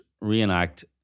reenact